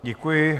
Děkuji.